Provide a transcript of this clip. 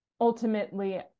ultimately